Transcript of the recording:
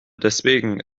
deswegen